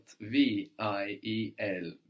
V-I-E-L